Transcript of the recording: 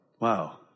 wow